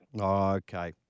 Okay